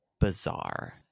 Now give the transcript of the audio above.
bizarre